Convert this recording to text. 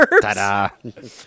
Ta-da